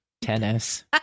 tennis